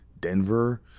Denver